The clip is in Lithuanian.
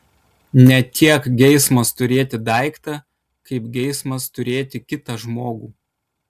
ne tiek geismas turėti daiktą kaip geismas turėti kitą žmogų